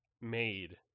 made